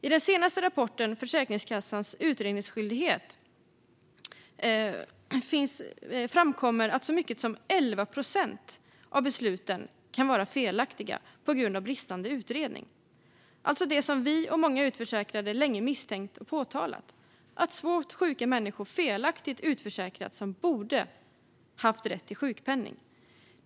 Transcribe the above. I den senaste rapporten, Försäkringskassans utredningsskyldighet , framkommer att så mycket som 11 procent av besluten kan vara felaktiga på grund av bristande utredning. Det är det vi och många utförsäkrade länge misstänkt och påtalat - att svårt sjuka människor som borde ha rätt till sjukpenning felaktigt utförsäkras.